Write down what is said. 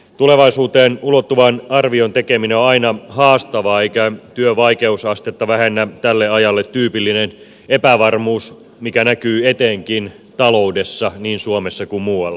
tulevaisuuteen ulottuvan arvion tekeminen on aina haastavaa eikä työn vaikeusastetta vähennä tälle ajalle tyypillinen epävarmuus mikä näkyy etenkin taloudessa niin suomessa kuin muualla